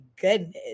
goodness